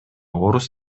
орус